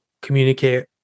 communicate